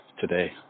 today